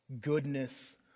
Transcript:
goodness